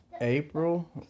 April